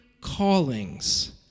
callings